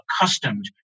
accustomed